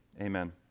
amen